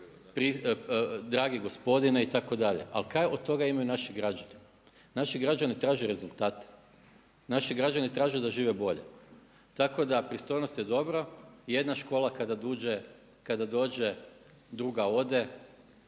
dragi gospodine itd. Ali šta od toga imaju naši građani? Naši građani traže rezultate, naši građani traže da žive bolje. Tako da pristojnost je dobra, jedna škola kada dođe druga ode,